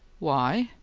why?